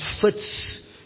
fits